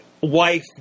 wife